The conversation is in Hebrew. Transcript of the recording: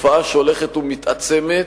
תופעה שהולכת ומתעצמת,